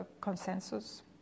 consensus